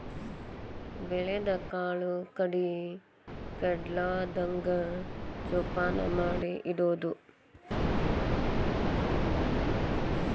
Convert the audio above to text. ಬೆಳದ ಕಾಳು ಕಡಿ ಕೆಡಲಾರ್ದಂಗ ಜೋಪಾನ ಮಾಡಿ ಇಡುದು